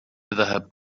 ذهب